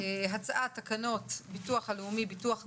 הצעת תקנות הביטוח הלאומי (ביטוח נכות)